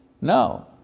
No